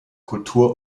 kultur